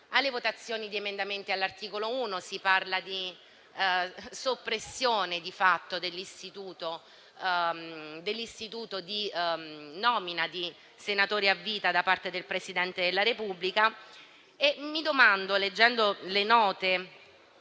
alle votazioni di emendamenti all'articolo 1. Si parla di soppressione, di fatto, dell'istituto della nomina dei senatori a vita da parte del Presidente della Repubblica. Le note della relazione